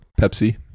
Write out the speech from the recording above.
Pepsi